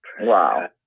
Wow